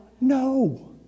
No